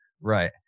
Right